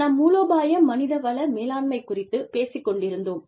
நாம் மூலோபாய மனித வள மேலாண்மை குறித்து பேசிக் கொண்டிருந்தோம்